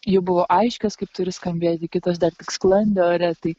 jau buvo aiškios kaip turi skambėti kitos dar sklandė ore tai